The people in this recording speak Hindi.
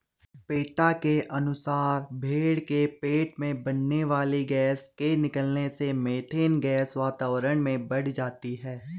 पेटा के अनुसार भेंड़ के पेट में बनने वाली गैस के निकलने से मिथेन गैस वातावरण में बढ़ जाती है